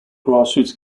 grassroots